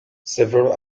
several